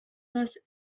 this